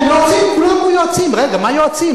מה יועצים?